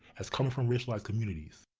as coming from racialized communities.